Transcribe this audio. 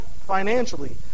financially